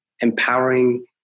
empowering